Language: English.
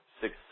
six